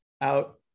out